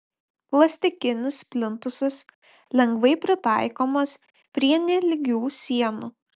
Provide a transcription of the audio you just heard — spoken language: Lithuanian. plastikinis plintusas lengvai pritaikomas prie nelygių sienų